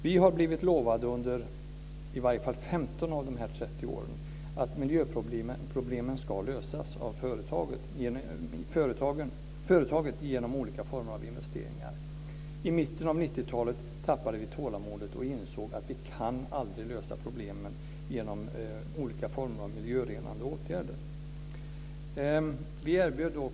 Vi har blivit lovade under i varje fall femton av de här trettio åren att miljöproblemen ska lösas av företaget genom olika former av investeringar. I mitten av 90-talet tappade vi tålamodet, och insåg att vi aldrig kan lösa problemen genom olika former av miljörenande åtgärder.